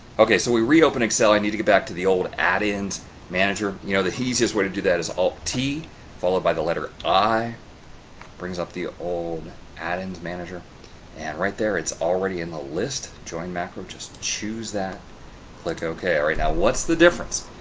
ok so, we reopen excel. i need to get back to the old add-ins manager. you know the easiest way to do that is alt t followed by the letter i brings up the old add-ins manager and right there. it's already in the list joinedmacro just choose that click ok. right now, what's the difference?